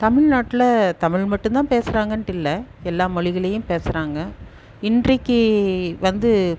தமிழ்நாட்டில் தமிழ் மட்டும் தான் பேசுகிறாங்கன்ட்டுல்ல எல்லா மொழிகளையும் பேசுகிறாங்க இன்றைக்கு வந்து